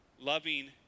loving